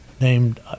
named